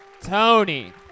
Tony